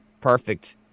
perfect